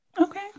Okay